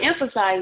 emphasize